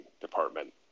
department